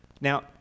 Now